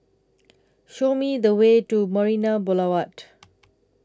Show Me The Way to Marina Boulevard